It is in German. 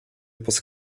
übers